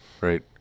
Right